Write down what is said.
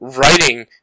Writing